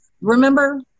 Remember